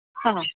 ആ